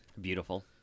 Beautiful